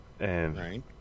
Right